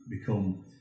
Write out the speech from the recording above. become